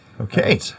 Okay